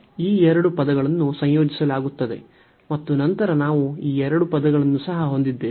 ಈ ಎರಡು ಪದಗಳನ್ನು ಸಂಯೋಜಿಸಲಾಗುತ್ತದೆ ಮತ್ತು ನಂತರ ನಾವು ಈ ಎರಡು ಪದಗಳನ್ನು ಸಹ ಹೊಂದಿದ್ದೇವೆ